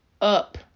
up